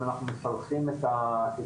אם אנחנו מצרפים את הגילאים,